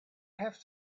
have